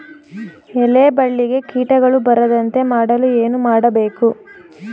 ಎಲೆ ಬಳ್ಳಿಗೆ ಕೀಟಗಳು ಬರದಂತೆ ಮಾಡಲು ಏನು ಮಾಡಬೇಕು?